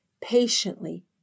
patiently